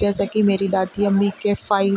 جیسا کہ میری دادی امی کے فائو